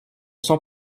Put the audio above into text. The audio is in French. sont